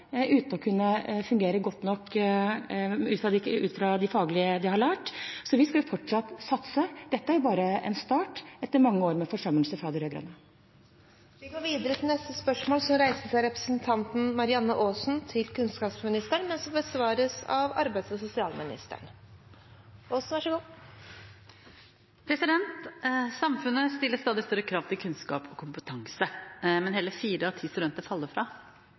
uten å kunne fungere godt nok ut fra det faglige de har lært. Så vi skal jo fortsatt satse. Dette er bare en start etter mange år med forsømmelse fra de rød-grønne. Dette spørsmålet, fra representanten Marianne Aasen til kunnskapsministeren, vil bli besvart av arbeids- og sosialministeren på vegne av kunnskapsministeren, som er bortreist. «Samfunnet stiller stadig større krav til kunnskap og kompetanse, men hele fire av ti studenter faller fra.